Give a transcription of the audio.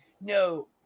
No